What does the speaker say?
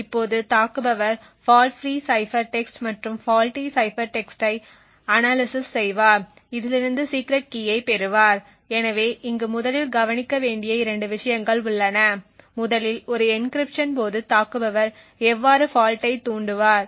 இப்போது தாக்குபவர் fault free cipher text மற்றும் ஃபால்ட்டி சைஃபர் டெக்ஸ்ட்டை அனாலிசிஸ் செய்வார் இதிலிருந்து சீக்ரெட் கீயைப் பெறுவார் எனவே இங்கு முதலில் கவனிக்க வேண்டிய இரண்டு விஷயங்கள் உள்ளன முதலில் ஒரு என்கிரிப்ஷன் போது தாக்குபவர் எவ்வாறு ஃபால்ட்டை தூண்டுவார்